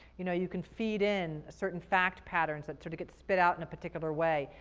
you know you can feed in certain fact patterns that sort of get spit out in a particular way.